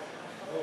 בקרוב